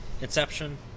Inception